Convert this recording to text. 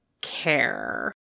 care